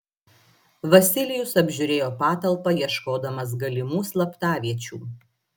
vasilijus apžiūrėjo patalpą ieškodamas galimų slaptaviečių